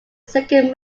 second